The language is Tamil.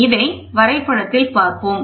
இதை வரைபடத்தில் வைப்போம்